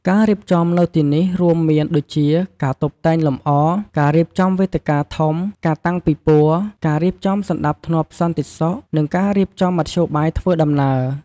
ការរៀបចំនៅទីនេះរួមមានដូជា ការតុបតែងលម្អ ការរៀបចំវេទិកាធំ ការតាំងពិព័រណ៍ ការរៀបចំសណ្ដាប់ធ្នាប់សន្តិសុខ និងការរៀបចំមធ្យោបាយធ្វើដំណើរ។